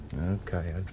Okay